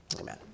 Amen